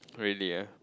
really ah